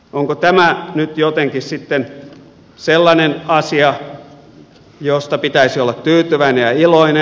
onko tämä nyt jotenkin sitten sellainen asia josta pitäisi olla tyytyväinen ja iloinen